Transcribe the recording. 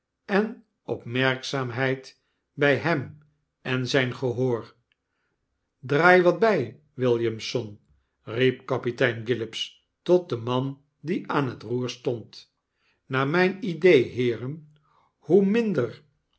en opmerkzaamheid by hem en zyn gehoor draai wat by williamson riep kapitein gillops tot den man die aan het roer stond naar myn ide'e heeren hoe minder